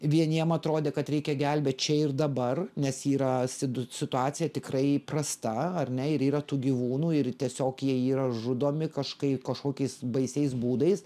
vieniem atrodė kad reikia gelbėt čia ir dabar nes yra sidu situacija tikrai prasta ar ne ir yra tų gyvūnų ir tiesiog jie yra žudomi kažkaip kažkokiais baisiais būdais